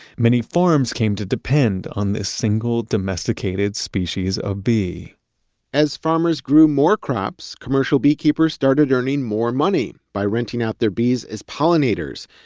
many farms came to depend on this single domesticated species of bee as farmers grew more crops, commercial beekeepers started earning more money by renting out their bees as pollinators.